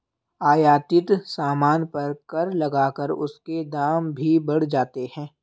आयातित सामान पर कर लगाकर उसके दाम भी बढ़ जाते हैं